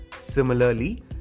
Similarly